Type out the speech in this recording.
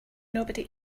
nobody